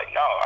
no